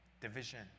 division